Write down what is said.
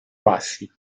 bassi